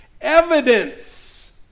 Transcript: Evidence